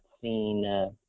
seen